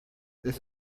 this